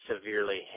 severely